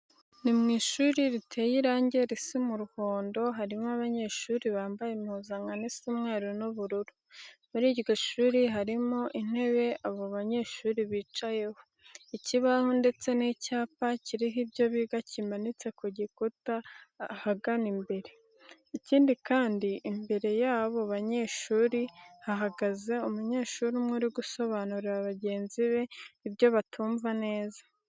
Ni mu ishuri riteye irange risa umuhondo, harimo abanyeshuri bambaye impuzankano isa umweru n'ubururu. Muri iryo shuri harimo intebe abo banyeshuri bicayeho, ikibaho ndetse n'icyapa kiriho ibyo biga kimanitse ku gikuta ahagana imbere. Ikindi kandi, Imbere y'abo banyeshuri hahagaze umunyeshuri umwe uri gusobanurira bagenzi be ibyo batumva neza.